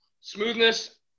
Smoothness